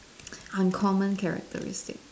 uncommon characteristic